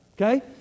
Okay